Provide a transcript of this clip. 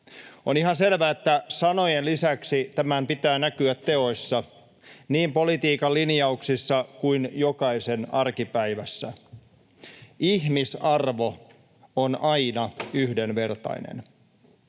On ihan selvää, että sanojen lisäksi tämän pitää näkyä teoissa, niin politiikan linjauksissa kuin jokaisen arkipäivässä. Ihmisarvo on aina yhdenvertainen.